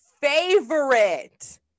favorite